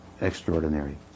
extraordinary